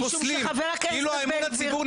משום שחבר הכנסת בן גביר --- אבל זה שאתם פוסלים